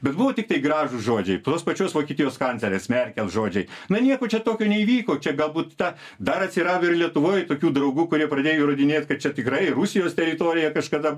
bet buvo tik tai gražūs žodžiai tos pačios vokietijos kanclerės merkel žodžiai na nieko čia tokio neįvyko čia galbūt ta dar atsirado ir lietuvoj tokių draugų kurie pradėjo įrodinėt kad čia tikrai rusijos teritorija kažkada